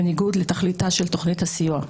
בקצבאות, בניגוד לתכליתה של תוכנית הסיוע.